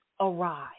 arise